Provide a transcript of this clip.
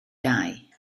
dau